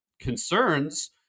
concerns